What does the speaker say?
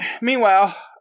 meanwhile